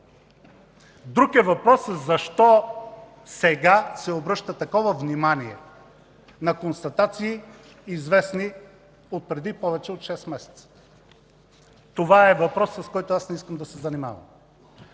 Друг е въпросът защо сега се обръща такова внимание на констатации, известни от преди повече от шест месеца. Това е въпрос, с който аз не искам да се занимавам.